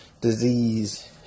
disease